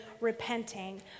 repenting